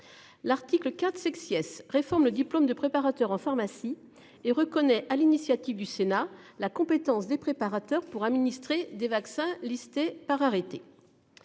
L'article 4 sex IS réforme le diplôme de préparateur en pharmacie et reconnaît à l'initiative du Sénat la compétence des préparateurs pour administrer des vaccins listés par arrêté.